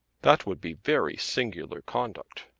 that would be very singular conduct.